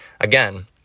Again